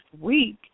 week